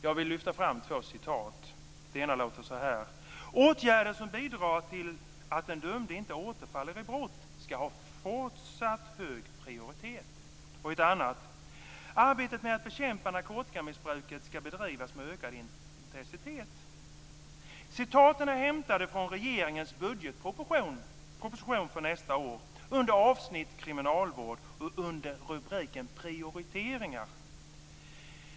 Jag vill lyfta fram två citat: "Åtgärder som bidrar till att den dömde inte återfaller i brott skall ha fortsatt hög prioritet." "Arbetet med att bekämpa narkotikamissbruket skall bedrivas med ökad intensitet." Citaten är hämtade från regeringens proposition om budgeten för nästa år under avsnittet om kriminalvården och under rubriken Prioriteringar.